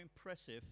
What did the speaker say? impressive